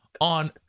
on